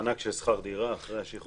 מענק של שכר דירה אחרי השחרור.